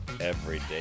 Everyday